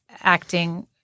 acting